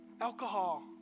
alcohol